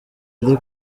ari